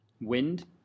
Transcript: wind